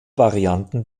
varianten